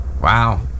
Wow